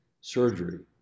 surgery